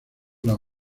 las